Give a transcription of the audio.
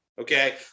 Okay